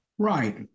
Right